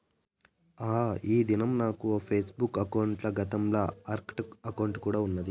ఆ, ఈ దినం నాకు ఒక ఫేస్బుక్ బుక్ అకౌంటల, గతంల ఆర్కుట్ అకౌంటు కూడా ఉన్నాది